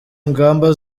ingamba